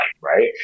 right